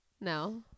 No